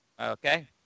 Okay